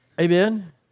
Amen